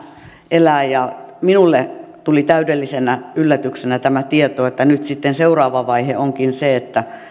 elää minulle tuli täydellisenä yllätyksenä tämä tieto että nyt sitten seuraava vaihe onkin se että